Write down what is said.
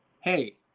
hey